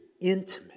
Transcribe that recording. intimate